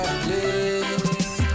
please